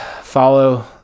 follow